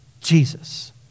Jesus